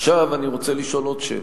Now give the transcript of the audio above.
עכשיו אני רוצה לשאול עוד שאלה: